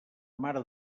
mare